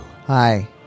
hi